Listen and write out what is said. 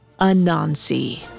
Anansi